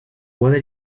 puede